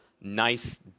nice